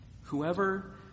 whoever